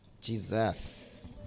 Jesus